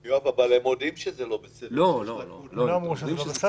אחרי שאמרנו את זה,